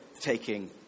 taking